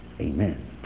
Amen